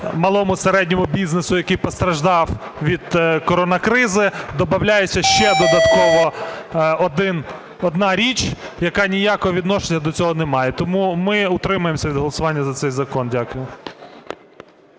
малому і середньому бізнесу, який постраждав від коронакризи, добавляється ще додатково одна річ, яка ніякого відношення до цього не має. Тому ми утримаємося від голосування за цей закон. Дякую.